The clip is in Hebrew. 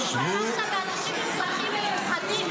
יש הנחיה של ועדת הכנסת.